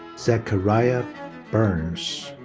zachariah burns.